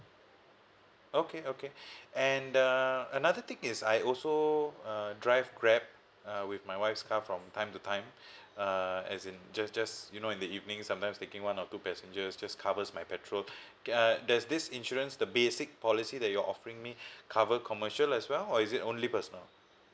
okay okay and uh another thing is I also uh drive grab uh with my wife's car from time to time uh as in just just you know in the evening sometimes taking one or two passengers just covers my petrol uh does this insurance the basic policy that you're offering me cover commercial as well or is it only personal